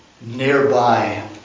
nearby